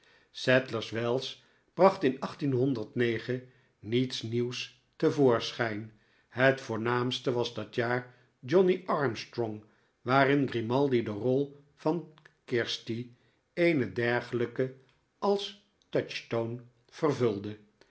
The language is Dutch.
sadlers wells bracht in niets nieuws te voorschijn het voornaamste was dat jaar johnny armstrong waarin grimaldi de rol van kirstie eene dergelijke als touchstone vervulde